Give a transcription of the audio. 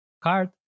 card